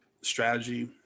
strategy